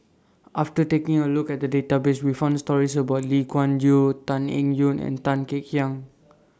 after taking A Look At The Database We found stories about Lee Kuan Yew Tan Eng Yoon and Tan Kek Hiang